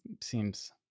seems